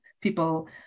people